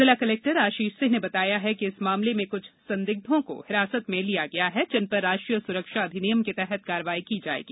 जिला कलेक्टर आशीष सिंह ने बताया है कि इस मामले में कुछ संदिग्धों को हिरासत में लिया गया है जिन पर राष्ट्रीय सुरक्षा अधिनियम के तहत कार्रवाई की जाएगी